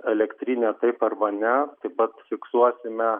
elektrinė taip arba ne taip pat fiksuosime